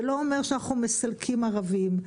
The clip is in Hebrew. זה לא אומר שאנחנו מסלקים ערבים,